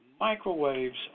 Microwaves